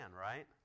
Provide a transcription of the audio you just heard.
right